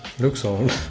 looks old.